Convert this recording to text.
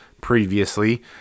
previously